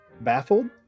baffled